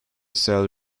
cell